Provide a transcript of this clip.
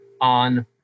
on